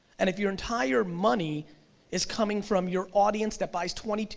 and if your entire money is coming from your audience that buys twenty,